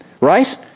Right